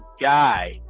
guy